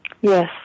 Yes